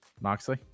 Moxley